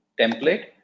template